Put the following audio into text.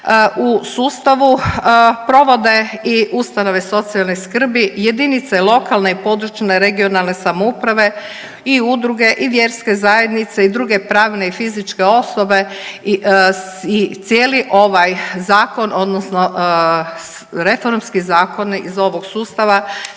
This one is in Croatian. u sustavu provode i ustanove socijalne skrbi, jedinice lokalne i područne (regionalne) samouprave i udruge i vjerske zajednice i druge pravne i fizičke osobe i cijeli ovaj zakon odnosno reformski zakon iz ovog sustava